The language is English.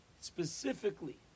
specifically